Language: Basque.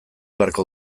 beharko